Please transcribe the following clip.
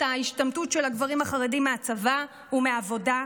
ההשתמטות של הגברים החרדים מהצבא ומהעבודה,